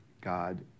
God